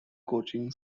coaching